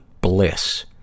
bliss